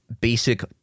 basic